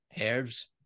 herbs